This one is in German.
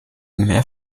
mehr